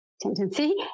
tendency